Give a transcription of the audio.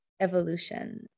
evolution